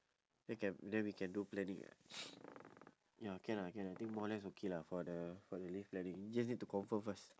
then can then we can do planning [what] ya can ah can ah I think more or less okay lah for the for the leave planning just need to confirm first